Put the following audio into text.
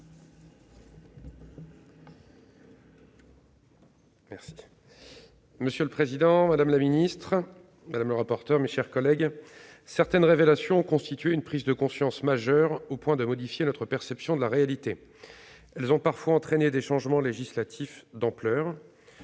Verzelen. Monsieur le président, madame la secrétaire d'État, mes chers collègues, certaines révélations ont entraîné une prise de conscience majeure, au point de modifier notre perception de la réalité. Elles ont parfois conduit à des changements législatifs d'ampleur.